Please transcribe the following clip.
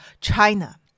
China